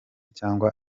cyangwa